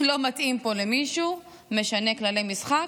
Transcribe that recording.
לא מתאים פה למישהו, משנה כללי משחק.